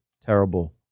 terrible